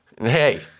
Hey